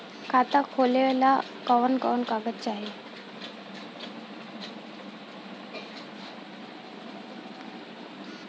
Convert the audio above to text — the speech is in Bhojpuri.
खाता खोलेला कवन कवन कागज चाहीं?